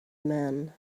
man